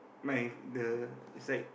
my the is like